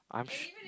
i'm sure